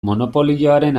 monopolioaren